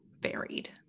varied